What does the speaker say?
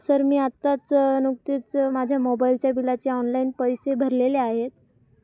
sir मी आत्ताच नुकतेच माझ्या मोबाईलच्या बिलाचे ऑनलाईन पैसे भरलेले आहेत